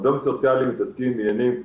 עובדים סוציאליים מתעסקים בעניינים סוציאליים.